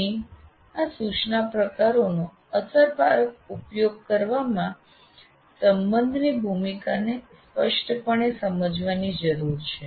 અહીં આ સૂચના પ્રકારોનો અસરકારક ઉપયોગ કરવામાં સંબંધની ભૂમિકાને સ્પષ્ટપણે સમજવાની જરૂર છે